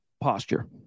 posture